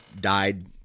died